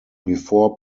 before